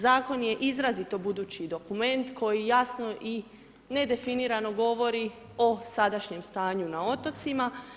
Zakon je izrazito budući dokument koji jasno i nedefinirano govori o sadašnjem stanju na otocima.